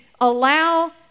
allow